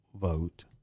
vote